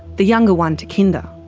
the younger one to kinder.